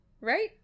Right